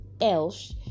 else